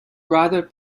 rather